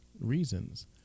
reasons